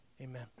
Amen